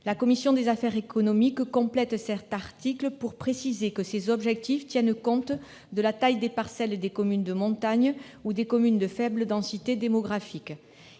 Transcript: La commission des affaires économiques complète cet article pour préciser que ces objectifs tiennent compte de la taille des parcelles des communes de montagne ou des communes de faible densité démographique.